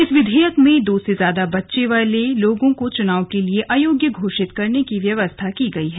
इस विधेयक में दो से ज्यादा बच्चे वाले लोगों को चुनाव के लिए अयोग्य घोषित करने की व्यवस्था की गई है